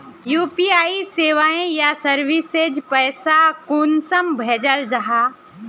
UPI सेवाएँ या services द्वारा पैसा कुंसम भेजाल जाहा?